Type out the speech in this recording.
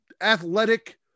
athletic